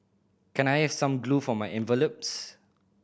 can I have some glue for my envelopes